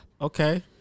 Okay